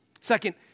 Second